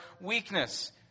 weakness